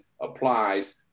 applies